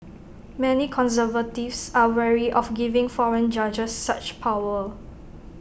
many conservatives are wary of giving foreign judges such power